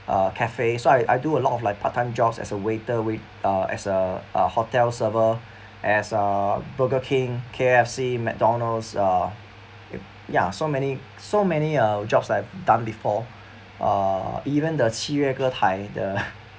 a cafe so I I do a lot of like part time jobs as a waiter wait uh as a hotel server as a burger king K_F_C mcdonald's uh ya so many so many uh jobs I've done before uh even the the